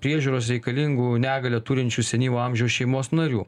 priežiūros reikalingų negalią turinčių senyvo amžiaus šeimos narių